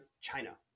China